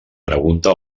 pregunta